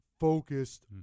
focused